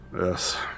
Yes